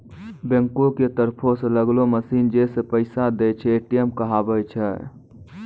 बैंको के तरफो से लगैलो मशीन जै पैसा दै छै, ए.टी.एम कहाबै छै